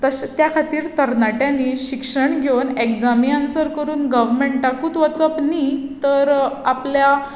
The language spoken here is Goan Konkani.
तशें त्या खातीर तरणाट्यांनी शिक्षण घेवन एग्जामी आनसंर करून गोवोमेंटाकूच वचप न्हय तर आपल्या